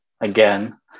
again